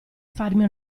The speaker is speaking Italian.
farmi